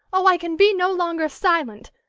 oh! i can be no longer silent.